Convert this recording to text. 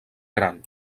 gran